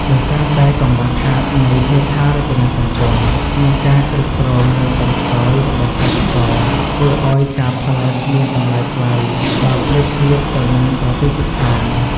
ដោយសារតែកង្វះខាតនៃហេដ្ឋារចនាសម្ព័ន្ធ និងការគ្រប់គ្រងនៅទន់ខ្សោយរបស់កសិករ ធ្វើឲ្យការផលិតមានតម្លៃថ្លៃ បើប្រៀបធៀបទៅនឹងប្រទេសជិតខាង។